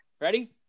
Ready